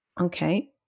Okay